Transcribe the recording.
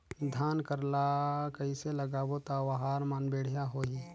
धान कर ला कइसे लगाबो ता ओहार मान बेडिया होही?